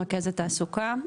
רכזת תעסוקה,